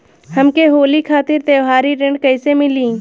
हमके होली खातिर त्योहारी ऋण कइसे मीली?